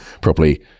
properly